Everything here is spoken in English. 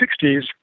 1960s